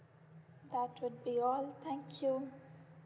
that would be all thank you